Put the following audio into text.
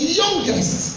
youngest